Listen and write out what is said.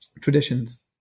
traditions